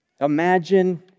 Imagine